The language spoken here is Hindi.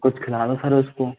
कुछ खिला दो सर उसको